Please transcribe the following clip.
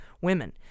women